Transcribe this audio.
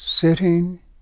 sitting